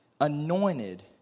Anointed